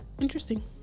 interesting